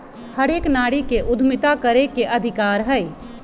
हर एक नारी के उद्यमिता करे के अधिकार हई